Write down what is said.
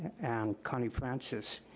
and connie francis,